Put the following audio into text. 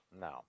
No